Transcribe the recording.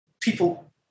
people